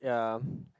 ya